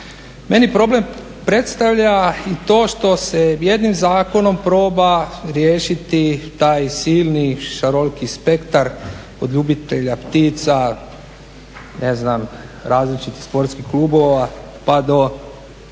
Meni problem predstavlja i to što se jednim zakonom proba riješiti taj silni šaroliki spektar od ljubitelja ptica, ne znam različitih sportskih klubova pa do